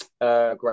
Great